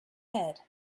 head